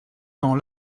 temps